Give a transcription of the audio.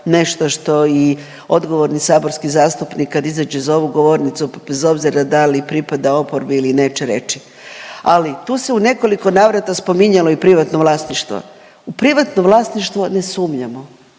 nešto što i odgovorni saborski zastupnik kad izađe za ovu govornicu bez obzira da li pripada oporbi ili neće reći, ali tu se u nekoliko navrata spominjalo i privatno vlasništvo. U privatno vlasništvo ne sumnjamo.